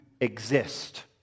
exist